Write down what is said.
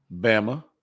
Bama